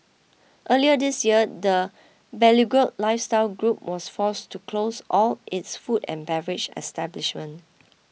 earlier this year the beleaguered lifestyle group was forced to close all its food and beverage establishment